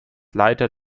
leiter